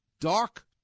Dark